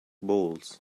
balls